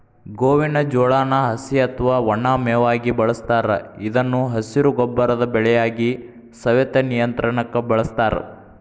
ಗೋವಿನ ಜೋಳಾನ ಹಸಿ ಅತ್ವಾ ಒಣ ಮೇವಾಗಿ ಬಳಸ್ತಾರ ಇದನ್ನು ಹಸಿರು ಗೊಬ್ಬರದ ಬೆಳೆಯಾಗಿ, ಸವೆತ ನಿಯಂತ್ರಣಕ್ಕ ಬಳಸ್ತಾರ